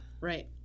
Right